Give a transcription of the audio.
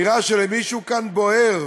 נראה שלמישהו כאן בוער,